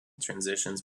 transitions